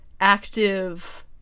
active